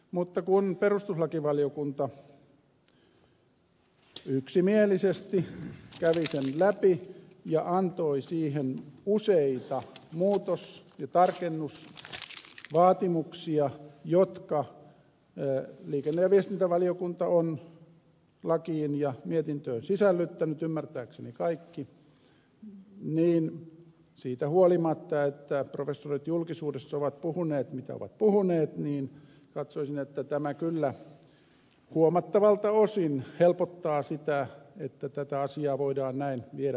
mutta koska perustuslakivaliokunta yksimielisesti kävi sen läpi ja antoi siihen useita muutos ja tarkennusvaatimuksia jotka liikenne ja viestintävaliokunta on lakiin ja mietintöön sisällyttänyt ymmärtääkseni kaikki ja siitä huolimatta että professorit julkisuudessa ovat puhuneet mitä ovat puhuneet niin katsoisin että tämä kyllä huomattavalta osin helpottaa sitä että tätä asiaa voidaan näin viedä eteenpäin